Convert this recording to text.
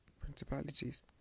principalities